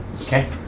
Okay